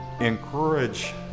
encourage